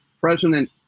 President